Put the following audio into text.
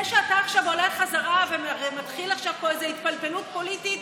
זה שאתה עכשיו עולה חזרה ומתחיל עכשיו פה איזו התפלפלות פוליטית,